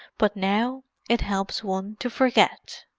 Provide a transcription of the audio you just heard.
but now it helps one to forget.